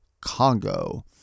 Congo